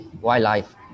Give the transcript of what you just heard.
wildlife